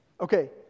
Okay